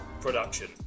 Production